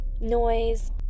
noise